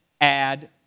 add